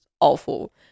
awful